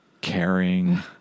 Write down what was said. caring